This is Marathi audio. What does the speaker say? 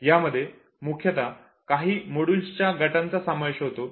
यामध्ये मुख्यतः काही मॉड्युल्सच्या गटांचा समावेश होतो